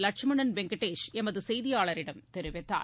லட்சுமணன் வெங்கடேஷ் எமது செய்தியாளரிடம் தெரிவித்தார்